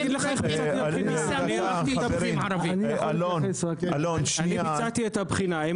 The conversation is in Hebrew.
אני הקציתי את הבחינה.